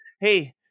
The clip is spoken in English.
Hey